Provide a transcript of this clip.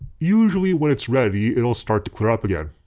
usually when it's ready it'll start to clear up again.